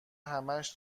همش